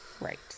Right